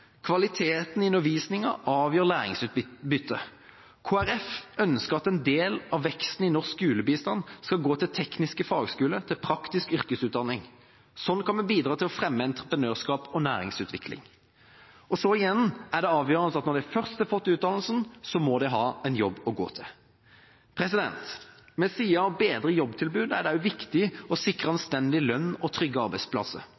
kvaliteten i undervisningen avgjør læringsutbyttet. Kristelig Folkeparti ønsker at en del av veksten i norsk skolebistand skal gå til tekniske fagskoler og til praktisk yrkesutdanning. Slik kan vi bidra til å fremme entreprenørskap og næringsutvikling. Og så igjen er det avgjørende at når de først har fått utdannelsen, må de ha en jobb å gå til. Ved siden av å bedre jobbtilbudet er det også viktig å sikre anstendig lønn og trygge arbeidsplasser.